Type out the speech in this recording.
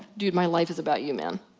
dude, my life is about you man.